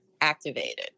activated